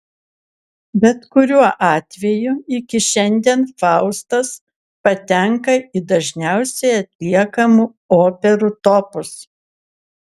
bet kuriuo atveju iki šiandien faustas patenka į dažniausiai atliekamų operų topus